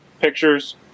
pictures